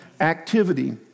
Activity